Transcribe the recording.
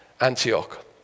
Antioch